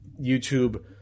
YouTube